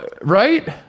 Right